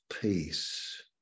peace